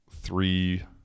three